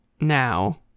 now